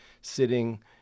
sitting